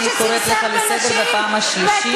אני קוראת אותך לסדר בפעם השלישית.